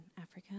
Africa